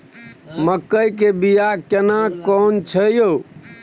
मकई के बिया केना कोन छै यो?